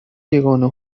یگانه